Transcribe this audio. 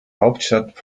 hauptstadt